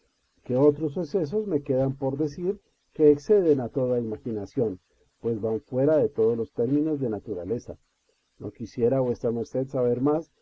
que otros sucesos me quedan por decir que exceden a toda imaginación pues van fuera de todos los términos de natura leza no quiera vuesa merced saber más